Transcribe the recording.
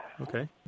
Okay